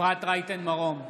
מרום,